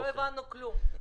לא הבנו כלום.